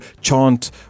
chant